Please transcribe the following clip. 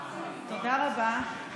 תודה רבה.